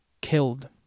killed